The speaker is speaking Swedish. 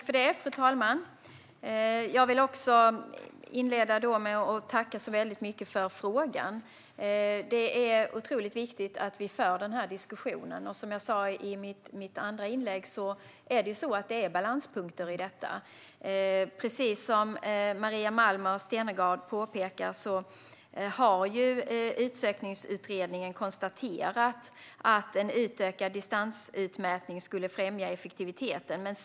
Fru talman! Jag vill inleda med att tacka så väldigt mycket för frågan. Det är otroligt viktigt att vi för den här diskussionen, och som jag sa i mitt andra inlägg är det ju så att det finns balanspunkter i detta. Precis som Maria Malmer Stenergard påpekar har Utsökningsutredningen konstaterat att en utökad distansutmätning skulle främja effektiviteten.